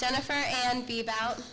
jennifer and be about